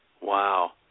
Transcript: Wow